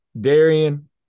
Darian